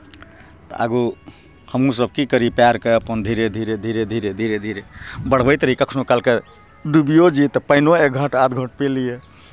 तऽ आगू हमहूँसभ की करी पैरके अपन धीरे धीरे धीरे धीरे धीरे धीरे बढ़बैत रही कखनहु कालके डुबियो जइयै तऽ पानिओ एक घोँट आध घोँट पी लियै